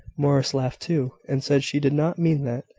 morris laughed too, and said she did not mean that,